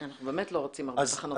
אנחנו עושים בדיקה חיצונית.